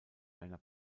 einer